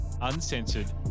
uncensored